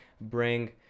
bring